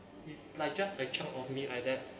is like just a chunk of meat like that